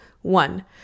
One